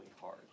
hard